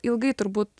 ilgai turbūt